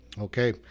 Okay